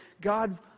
God